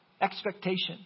Expectation